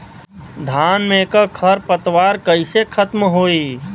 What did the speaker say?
धान में क खर पतवार कईसे खत्म होई?